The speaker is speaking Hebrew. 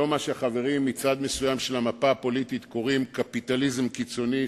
לא מה שהחברים מצד מסוים של המפה הפוליטית קוראים לו "קפיטליזם קיצוני",